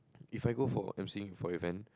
if I go for emceeing for event